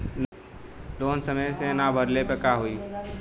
Loan समय से ना भरले पर का होयी?